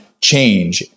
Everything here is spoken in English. change